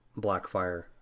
Blackfire